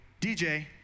DJ